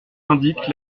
indique